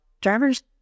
drivers